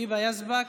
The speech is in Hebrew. היבה יזבק,